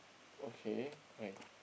okay why